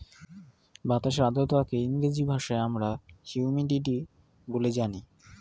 বাতাসের আর্দ্রতাকে ইংরেজি ভাষায় আমরা হিউমিডিটি বলে জানি